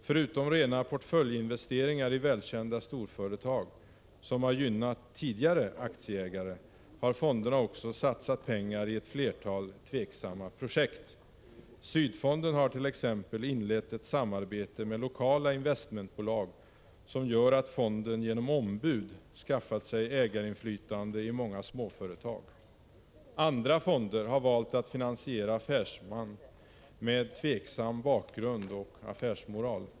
Förutom rena portföljinvesteringar i välkända storföretag, som har gynnat tidigare aktieägare, har fonderna också satsat pengar i ett flertal tveksamma projekt. Sydfonden har t.ex. inlett ett samarbete med lokala investmentbolag som gör att fonden genom ombud skaffat sig ägarinflytande i många småföretag. Andra fonder har valt att finansiera affärsmän med tveksam bakgrund och affärsmoral.